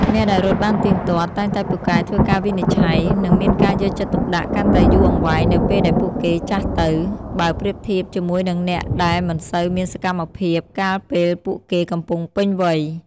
អ្នកដែលរត់បានទៀងទាត់ តែងតែពូកែធ្វើការវិនិច្ឆ័យ និងមានការយកចិត្តទុកដាក់កាន់តែយូរអង្វែងនៅពេលដែលពួកគេចាស់ទៅ បើប្រៀបធៀបជាមួយនឹងអ្នកដែលមិនសូវមានសកម្មភាពកាលពេលពួកគេកំពុងពេញវ័យ។